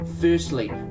Firstly